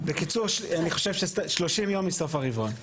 בקיצור, אני חושב 30 יום מסוף הרבעון.